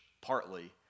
partly